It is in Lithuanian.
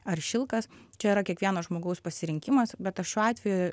ar šilkas čia yra kiekvieno žmogaus pasirinkimas bet aš šiuo atveju